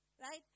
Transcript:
right